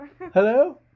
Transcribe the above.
Hello